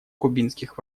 кубинских